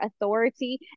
authority